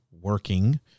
working